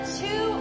two